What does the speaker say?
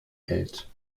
hält